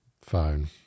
phone